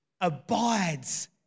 abides